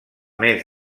més